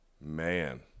man